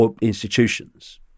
institutions